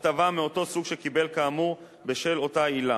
הטבה מאותו סוג שקיבל כאמור, בשל אותה עילה,